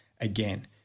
again